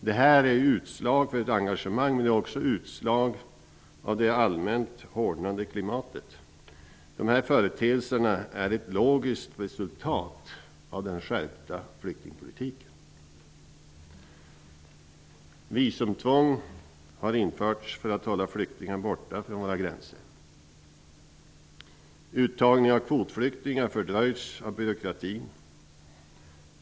Det här är utslag av ett engagemang, men också ett utslag av det allmänt hårdnande klimatet. De här företeelserna är ett logiskt resultat av den skärpta flyktingpolitiken. Visumtvång har införts för att hålla flyktingar borta från våra gränser. Uttagning av kvotflyktingar fördröjs av byråkratin.